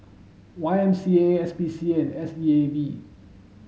Y M C A S P C A and S E A B